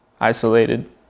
isolated